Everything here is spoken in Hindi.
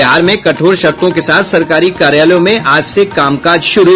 बिहार में कठोर शर्तों के साथ सरकारी कार्यालयों में आज से कामकाज शुरू